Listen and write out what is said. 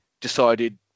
decided